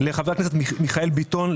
לחבר הכנסת מיכאל ביטון,